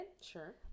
Sure